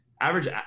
average